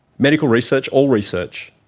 medical research, all research,